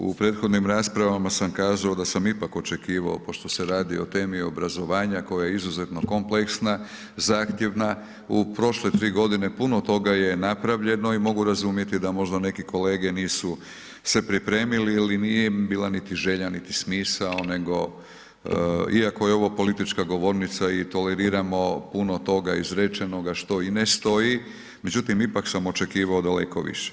U prethodnim raspravama sam kazao da sam ipak očekivao pošto se radi o temi obrazovanja koja je izuzetno kompleksna, zahtjevna u prošle tri godine puno toga je napravljeno i mogu razumjeti da možda neki kolege nisu se pripremili ili im nije bila niti želja niti smisao nego, iako je ovo politička govornica i toleriramo puno toga izrečenoga što i ne stoji, međutim ipak sam očekivao daleko više.